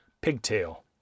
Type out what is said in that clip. pigtail